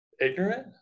Ignorant